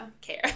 care